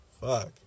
Fuck